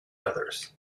others